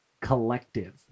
collective